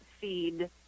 feed